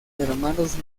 hermanos